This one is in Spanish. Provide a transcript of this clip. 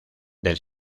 del